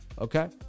okay